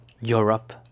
Europe